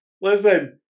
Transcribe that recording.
Listen